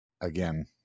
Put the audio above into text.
again